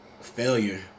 failure